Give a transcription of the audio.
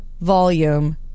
volume